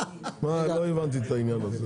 לא הבנתי את העניין הזה.